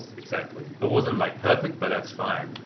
exactly. it wasn't, like, perfect but that's fine.